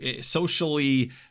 socially